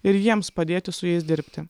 ir jiems padėti su jais dirbti